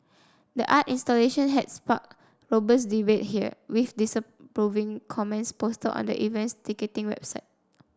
the art installation had sparked robust debate here with disapproving comments posted on the event's ticketing website